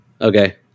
okay